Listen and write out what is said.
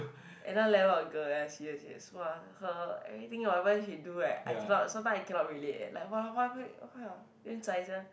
another level of girl yes yes yes !wah! her everything whatever she do eh I cannot sometime I cannot relate eh like